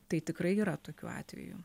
tai tikrai yra tokių atvejų